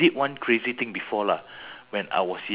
but I got I landed flat